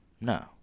No